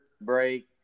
break